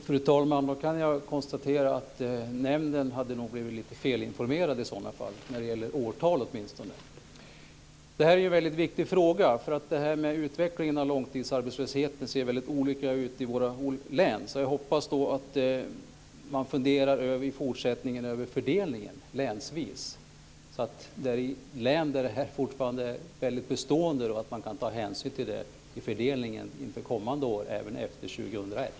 Fru talman! Då kan jag konstatera att nämnden hade blivit lite felinformerad, åtminstone när det gäller årtal. Det här är en väldigt viktig fråga. Utvecklingen av långtidsarbetslösheten ser väldigt olika ut i olika län. Jag hoppas att man i fortsättningen funderar över fördelningen länsvis så att man kan ta hänsyn till län där arbetslösheten är bestående vid fördelningen inför kommande år även efter år 2001.